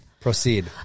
Proceed